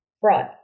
fraud